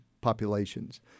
populations